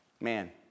Man